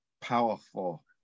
powerful